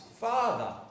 father